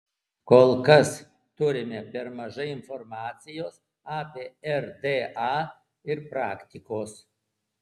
kol kas turime per mažai informacijos apie rda ir praktikos